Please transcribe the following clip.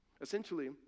essentially